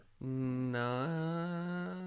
No